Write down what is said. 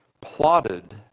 plotted